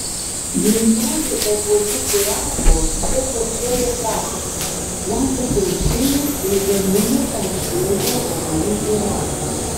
jei nori obuolių pyrago jie kočioja tešlą plaka kiaušinį ir gamina tau šviežią obuolių pyragą